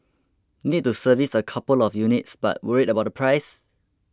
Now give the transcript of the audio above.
need to service a couple of units but worried about the price